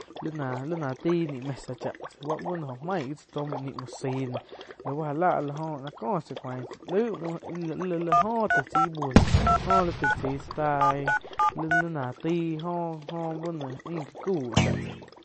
Líh náh, lí náh taíh ni mesa cháh tsáh búh no jo main gi tsáh tó, muo sain noh já láh áh la oh náh có tsá cuain laig muoh la oh taig chaí íh bú no jo taig chai tsá tai li ná, li-li náh taih óh-óh báh ain gá cau cháh tsáh.